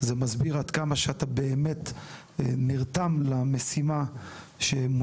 זה מסביר עד כמה שאתה באמת נרתם למשימה שמונית,